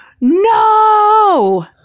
No